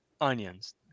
onions